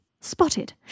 Spotted